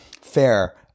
Fair